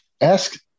ask